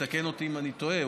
תקן אותי אם אני טועה.